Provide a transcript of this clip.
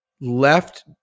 left